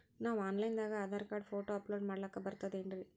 ನಾವು online ದಾಗ Aadhaar card, photo upload ಮಾಡ್ಲಕ ಬರ್ತದೇನ್ರಿ?